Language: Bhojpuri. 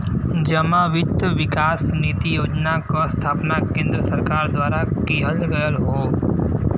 जमा वित्त विकास निधि योजना क स्थापना केन्द्र सरकार द्वारा किहल गयल हौ